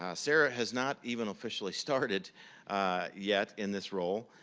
ah sarah has not even officially started yet in this role,